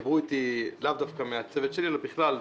דיברו איתי, לאו דווקא מהצוות שלי אלא בכלל.